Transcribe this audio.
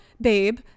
babe